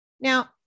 Now